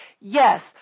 Yes